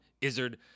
Izzard